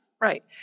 Right